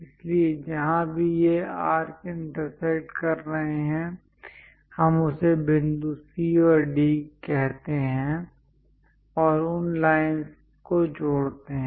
इसलिए जहाँ भी ये आर्क इंटरसेक्ट कर रहे हैं हम उसे बिंदु C और बिंदु D कहते हैं और उन लाइंस को जोड़ते हैं